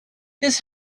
his